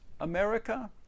America